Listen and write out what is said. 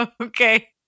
Okay